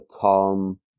Tom